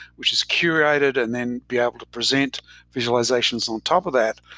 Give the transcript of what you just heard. which is curated and then be able to present visualizations on top of that,